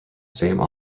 same